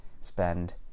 spend